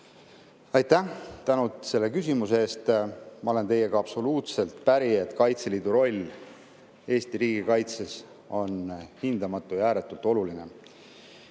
Aitäh selle küsimuse eest! Ma olen teiega absoluutselt päri, et Kaitseliidu roll Eesti riigikaitses on hindamatu ja ääretult oluline.